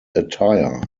attire